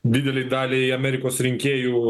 didelei daliai amerikos rinkėjų